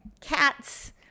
cats